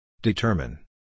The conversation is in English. Determine